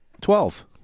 twelve